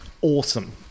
awesome